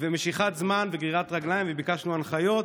ומשיכת זמן וגרירת רגליים, וביקשנו הנחיות.